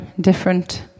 different